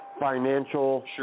financial